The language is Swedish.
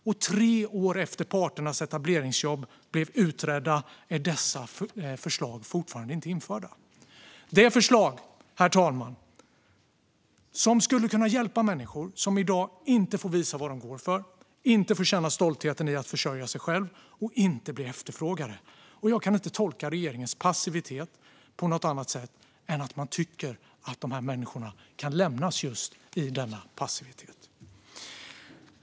Och tre år efter att parternas etableringsjobb blev utredda är dessa förslag fortfarande inte genomförda. Det handlar, herr talman, om förslag som skulle kunna hjälpa människor som i dag inte får visa vad de går för, inte får känna stoltheten i att försörja sig själva och inte bli efterfrågade. Och jag kan inte tolka regeringens passivitet på något annat sätt än att man tycker att dessa människor kan lämnas just i denna passivitet.